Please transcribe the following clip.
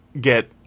get